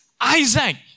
Isaac